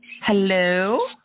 Hello